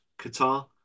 Qatar